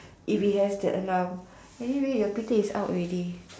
if he has the alarm anyway your P T is out already